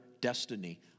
destiny